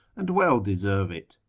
and well deserve it.